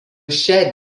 šia